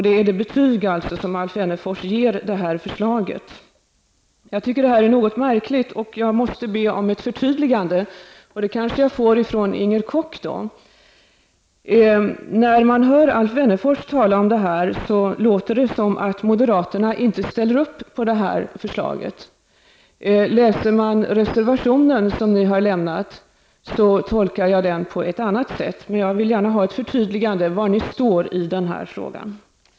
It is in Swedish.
Det var det betyg som Alf Wennerfors gav detta förslag. Detta låter något märkligt och jag måste be om ett förtydligande. Jag kan kanske få ett sådant av Inger När man hör Alf Wennerfors tala låter det som att moderaterna inte ställer sig bakom detta förslag. Läser man reservationen som moderaterna har avgett, tolkar jag den på ett annat sätt. Men jag vill gärna ha ett förtydligande om var ni står i den här frågan.